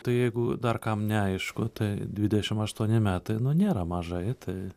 tai jeigu dar kam neaišku tai dvidešim aštuoni metai nėra mažai tai